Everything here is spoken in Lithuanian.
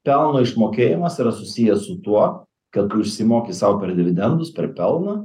delno išmokėjimas yra susijęs su tuo kad tu išsimoki sau per dividendus per pelną